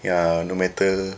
ya no matter